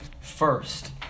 First